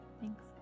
thanks